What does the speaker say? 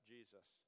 Jesus